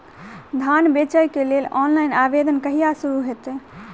धान बेचै केँ लेल ऑनलाइन आवेदन कहिया शुरू हेतइ?